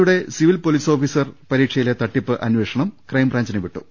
യുടെ civil police officer പരീക്ഷയിലെ ത ട്ടിപ്പ് അന്വേഷണം ക്രൈംബ്രാഞ്ചിന് വിട്ടു